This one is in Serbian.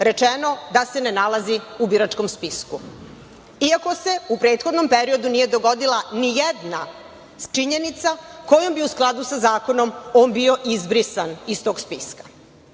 rečeno da se ne nalazi u biračkom spisku, iako se u prethodnom periodu nije dogodila ni jedna činjenica kojom bi u skladu sa zakonom on bio izbrisan iz tog spiska. Moj